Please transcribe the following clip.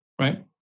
right